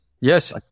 Yes